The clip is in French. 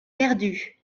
perdu